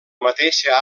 mateixa